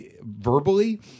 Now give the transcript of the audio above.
verbally